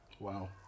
wow